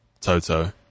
Toto